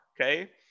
okay